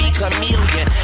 chameleon